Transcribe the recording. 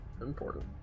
important